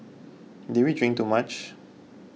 did we drink too much